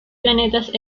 planetas